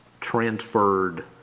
transferred